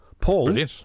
Paul